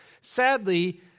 Sadly